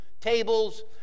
tables